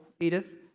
Edith